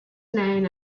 known